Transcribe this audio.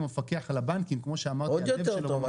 המפקח על הבנקים --- עוד יותר טוב,